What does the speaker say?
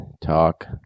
talk